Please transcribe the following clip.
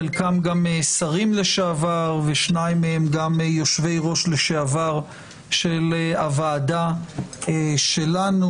חלקם גם שרים לשעבר ושניים מהם גם יושבי-ראש לשעבר של הוועדה שלנו.